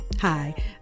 Hi